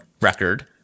record